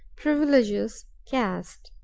privileges, caste.